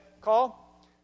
Call